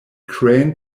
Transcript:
crane